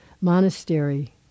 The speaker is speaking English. monastery